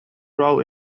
roll